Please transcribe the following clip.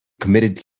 committed